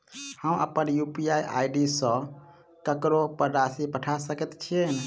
हम अप्पन UPI ID सँ ककरो पर राशि पठा सकैत छीयैन?